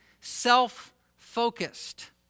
self-focused